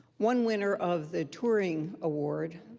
one winner of the turing award,